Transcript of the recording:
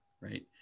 Right